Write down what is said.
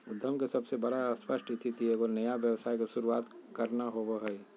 उद्यम के सबसे बड़ा स्पष्ट स्थिति एगो नया व्यवसाय के शुरूआत करना होबो हइ